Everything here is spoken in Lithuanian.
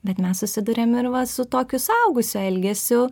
bet mes susiduriam ir va su tokiu suaugusiojo elgesiu